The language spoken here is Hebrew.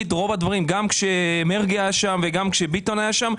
גם כשמרגי היה שם וגם כשביטון היה שם,